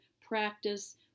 practice